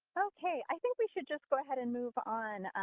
okay, i think we should just go ahead and move on.